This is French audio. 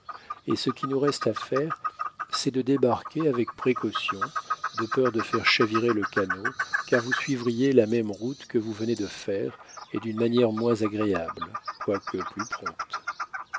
et ce qui nous reste à faire c'est de débarquer avec précaution de peur de faire chavirer le canot car vous suivriez la même route que vous venez de faire et d'une manière moins agréable quoique plus prompte